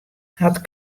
hat